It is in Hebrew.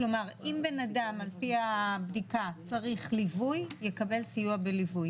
אם בנאדם על פי הבדיקה צריך ליווי יקבל סיוע בליווי